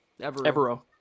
Evero